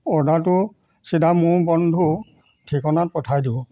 অৰ্ডাৰটো চিধা মোৰ বন্ধু ঠিকনাত পঠাই দিব